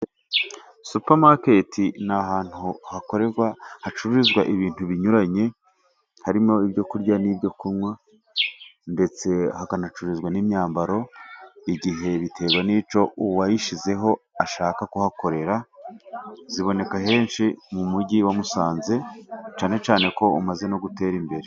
Supamaketi ni ahantu hakorerwa, hacururizwa ibintu binyuranye, harimo: ibyo kurya, n'ibyo kunywa, ndetse hakanacururizwa n'imyambaro, igihe biterwa n'icyo uwayishizeho ashaka kuhakorera. Ziboneka henshi mu mujyi wa Musanze, cyane ko umaze no gutera imbere.